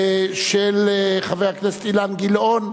של חבר הכנסת אילן גילאון.